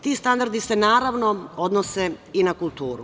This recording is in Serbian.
Ti standardi se, naravno, odnose i na kulturu.